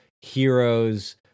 heroes